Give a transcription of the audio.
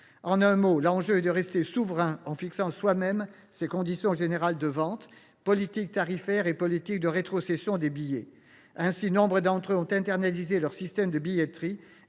En un mot, l’enjeu est de rester souverain en fixant soi même ses conditions générales de vente, la politique tarifaire et la politique de rétrocession des billets. Nombre d’entre eux ont internalisé leur système de billetterie